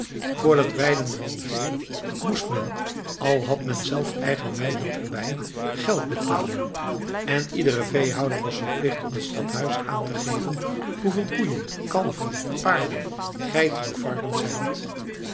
dat weiden van vee moest men al had men zelf eigen weiland erbij geld betalen en iedere veehouder was verplicht op het stadhuis aan te geven hoeveel koeien kalveren paarden geiten of varkens hij had